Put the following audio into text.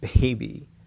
baby